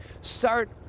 Start